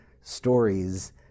stories